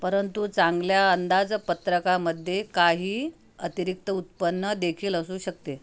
परंतु चांगल्या अंदाजपत्रकामध्ये काही अतिरिक्त उत्पन्नदेखील असू शकते